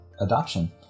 adoption